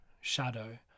shadow